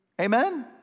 Amen